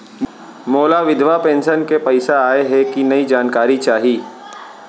मोला विधवा पेंशन के पइसा आय हे कि नई जानकारी चाही?